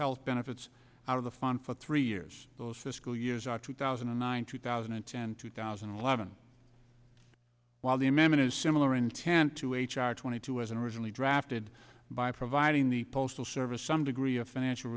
health benefits out of the fund for three years those fiscal years of two thousand and nine two thousand and ten two thousand and eleven while the amendment is similar intent to h r twenty two as an original drafted by providing the postal service some degree of financial